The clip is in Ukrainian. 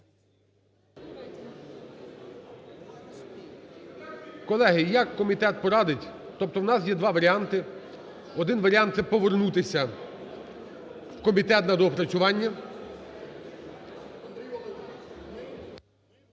Колеги, як комітет порадить. Тобто у нас є два варіанти. Один варіант – це повернути в комітет на доопрацювання.